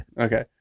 Okay